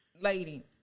lady